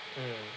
mm